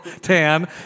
Tan